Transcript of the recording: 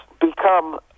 become